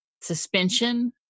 suspension